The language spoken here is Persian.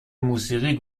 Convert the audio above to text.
موسیقی